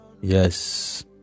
Yes